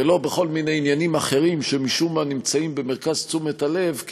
ולא בכל מיני עניינים אחרים שמשום מה נמצאים במרכז תשומת הלב,